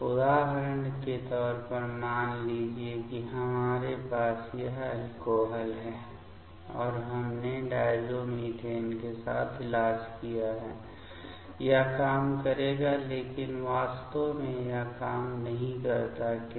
उदाहरण के तौर पर मान लीजिए कि हमारे पास यह अल्कोहल है और हमने डायज़ोमिथेन के साथ इलाज किया है यह काम करेगा लेकिन वास्तव में यह काम नहीं करता है क्यों